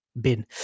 bin